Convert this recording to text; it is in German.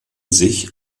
sich